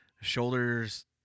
shoulders